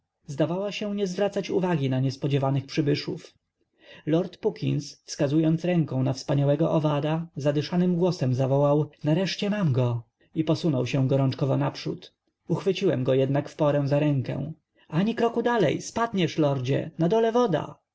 zdawała się nie zwracać uwagi na niespodziewanych przybyszów lord puckins wskazując ręką na wspaniałego owada zadyszanym głosem zawołał nareszcie mam go i posunął się gorączkowo naprzód uchwyciłem go jednak w porę za rękę ani kroku dalej spadniesz lordzie na dole woda